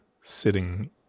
sitting